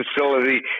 facility